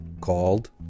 called